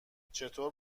چطور